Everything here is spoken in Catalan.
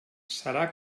serà